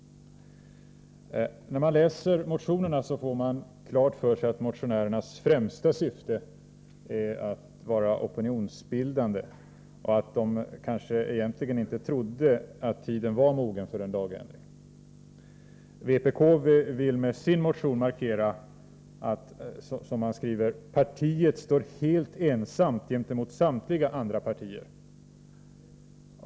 När man läser motionerna får man klart för sig att motionärernas främsta syfte är att vara opinionsbildande och att de kanske egentligen inte trodde att tiden var mogen för en lagändring. Vpk vill med sin motion markera, som man skriver, att partiet står ”helt ensamt gentemot samtliga andra partier”.